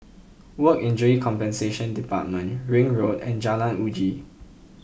Work Injury Compensation Department Ring Road and Jalan Uji